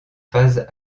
phase